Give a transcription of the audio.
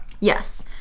Yes